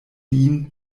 ihn